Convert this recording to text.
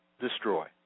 destroy